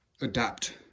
adapt